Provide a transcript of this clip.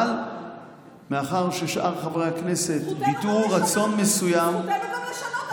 אבל מאחר ששאר חברי הכנסת ביטאו רצון מסוים --- זכותנו גם לשנות,